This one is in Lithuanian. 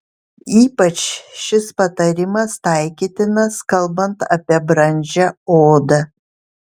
ypač šis patarimas taikytinas kalbant apie brandžią odą